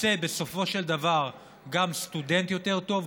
יצא בסופו של דבר גם סטודנט יותר טוב,